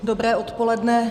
Dobré odpoledne.